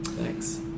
Thanks